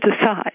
decide